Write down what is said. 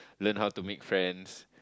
learn how to meet friends